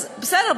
אז בסדר,